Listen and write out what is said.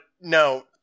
No